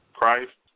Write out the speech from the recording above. Christ